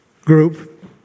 group